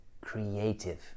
creative